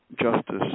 justice